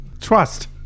Trust